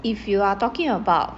if you are talking about